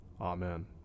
Amen